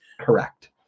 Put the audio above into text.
Correct